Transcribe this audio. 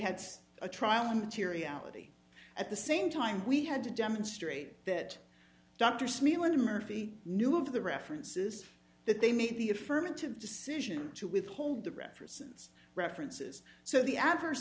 had a trial and materiality at the same time we had to demonstrate that dr smee one murphy knew of the references that they made the affirmative decision to withhold the reference references so the adverse